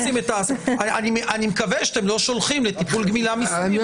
אני מקווה שאתם לא שולחים לטיפול גמילה מסמים אסירים שלא משתמשים בסמים.